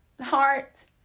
heart